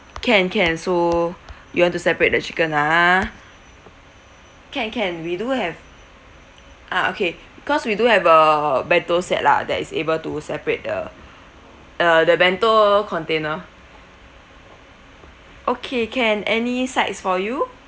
can can so you want to separate the chicken ah can can we do have ah okay cause we do have a bento set lah that is able to separate the uh the bento container okay can any sides for you